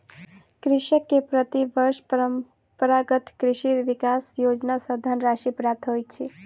कृषक के प्रति वर्ष परंपरागत कृषि विकास योजना सॅ धनराशि प्राप्त होइत अछि